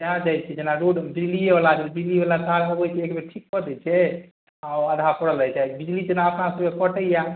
सएह जाए छी जेना रोड बिजलिएवला भेल बिजलीवला तार होबै छै एकबेर ठीक कऽ दै छै आधा पड़ल रहै छै बिजली जेना अपना सभके कटैए